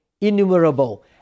innumerable